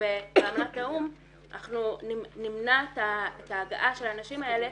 באמנת האו"ם אנחנו נמנע את ההגעה של האנשים האלה